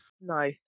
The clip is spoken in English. No